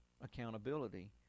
accountability